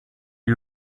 you